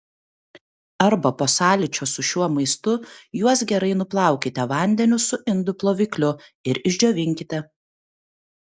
arba po sąlyčio su šiuo maistu juos gerai nuplaukite vandeniu su indų plovikliu ir išdžiovinkite